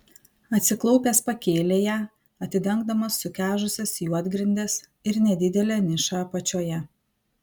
atsiklaupęs pakėlė ją atidengdamas sukežusias juodgrindes ir nedidelę nišą apačioje